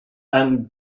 and